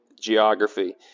geography